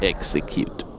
Execute